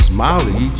Smiley